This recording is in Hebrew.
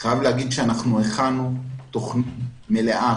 אני חייב להגיד שאנחנו הכנו תכנית מלאה,